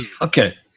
Okay